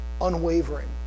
unwavering